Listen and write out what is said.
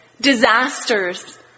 disasters